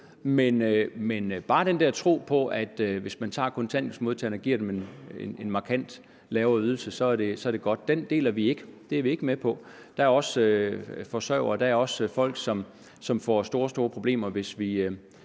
Men den der tro på, at bare man tager kontanthjælpsmodtagerne og giver dem en markant lavere ydelse, så er det godt, deler vi ikke. Det er vi ikke med på. Der er forsørgere, og der er også andre folk, som vil få store, store problemer, hvis vi